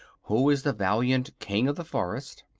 who is the valiant king of the forest,